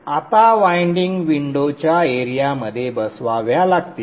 आता वायंडिंग्ज विंडोच्या एरियामध्ये बसवाव्या लागतील